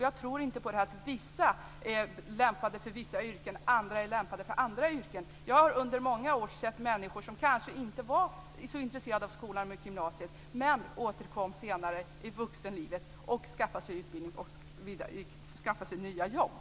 Jag tror inte på att vissa är lämpade för vissa yrken och andra är lämpade för andra yrken. Jag har under många år sett människor som kanske inte var så intresserade av skolan när de gick gymnasiet men återkom senare i vuxenlivet, skaffade sig utbildning och nya jobb.